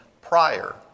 prior